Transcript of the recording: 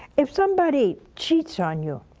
if somebody cheats on you,